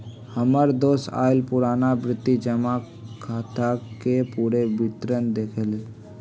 हमर दोस आइ पुरनावृति जमा खताके पूरे विवरण देलक